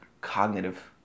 cognitive